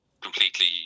completely